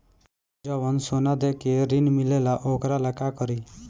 जवन सोना दे के ऋण मिलेला वोकरा ला का करी?